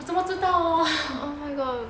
我怎么知道